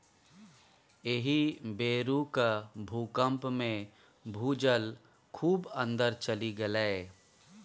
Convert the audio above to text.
एहि बेरुक भूकंपमे भूजल खूब अंदर चलि गेलै